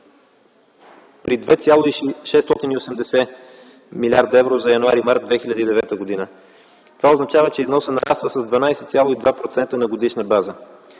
при 2,680 млрд. евро за м. януари – м. март 2009 г. Това означава, че износът нараства с 12,2% на годишна база.